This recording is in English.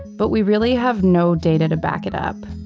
but we really have no data to back it up.